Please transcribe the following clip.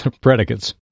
predicates